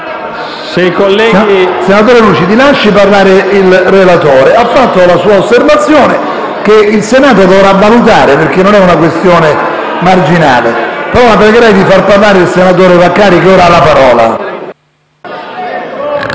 Senatore Lucidi, lasci parlare il relatore. Ha fatto la sua osservazione, che il Senato dovrà valutare perché non è una questione marginale, però la pregherei di far parlare il senatore Vaccari che ora ha la parola.